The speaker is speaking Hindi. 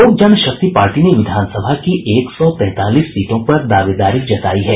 लोक जनशक्ति पार्टी ने विधानसभा की एक सौ तैंतालीस सीटों पर दावेदारी जतायी है